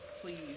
please